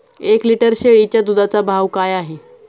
एक लिटर शेळीच्या दुधाचा भाव काय आहे?